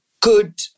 good